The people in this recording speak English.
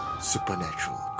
Supernatural